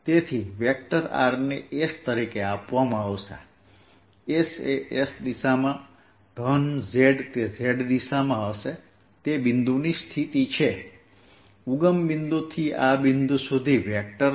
તેથી vector r ને rs sz z તરીકે આપવામાં આવશે તે બિંદુની સ્થિતિ છે ઉગમ બિંદુથી આ બિંદુ સુધી વેક્ટર છે